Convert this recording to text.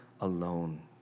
alone